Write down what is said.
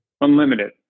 Unlimited